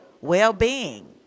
well-being